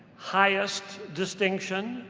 highest distinction,